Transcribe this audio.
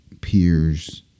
peers